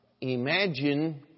Imagine